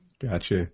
Gotcha